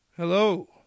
hello